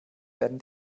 werden